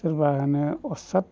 सोरबा होनो उस्ताड